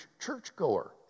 churchgoer